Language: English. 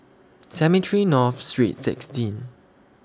Cemetry North Street sixteen